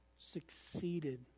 succeeded